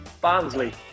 Barnsley